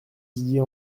didier